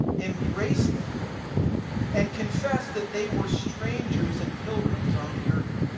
embraced them and confessed that they were strangers and pilgrims on the earth.